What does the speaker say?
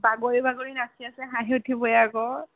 বাগৰি বাগৰি নাচি আছে হাঁহি উঠিবই আকৌ